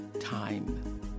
time